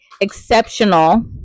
exceptional